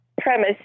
premise